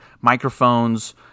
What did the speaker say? microphones